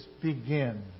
begin